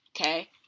Okay